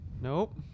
Nope